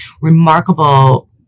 remarkable